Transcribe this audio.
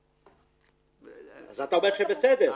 אז אתה אומר שזה בסדר?